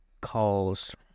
calls